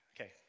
Okay